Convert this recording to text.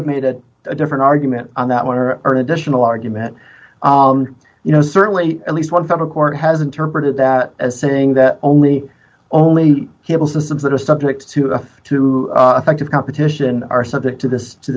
have made it a different argument on that one or earn additional argument you know certainly at least one federal court has interpreted that as saying that only only cable systems that are subject to a to effective competition are subject to this to